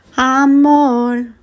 Amor